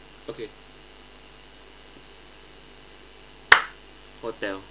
okay hotel